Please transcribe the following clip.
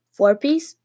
Four-piece